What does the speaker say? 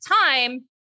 time